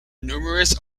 numerous